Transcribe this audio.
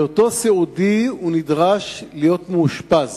בהיותו סיעודי הוא נדרש להיות מאושפז.